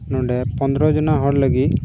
ᱱᱚᱰᱮ ᱯᱚᱱᱨᱚ ᱡᱚᱱᱟ ᱦᱚᱲ ᱞᱟᱹᱜᱤᱫ